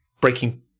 breaking